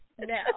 now